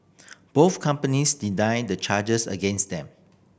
both companies deny the charges against them